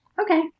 Okay